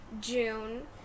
June